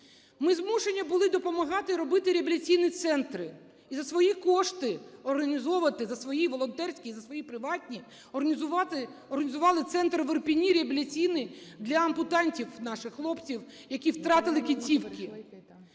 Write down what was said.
Ми змушені були допомагати робити реабілітаційні центри і за свої кошти організовувати, за свої волонтерські, за свої приватні організували центр в Ірпені реабілітаційний для ампутантів наших хлопців, які втратили кінцівки.